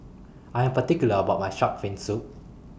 I Am particular about My Shark's Fin Soup